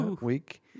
week